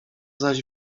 zaś